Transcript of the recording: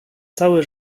całe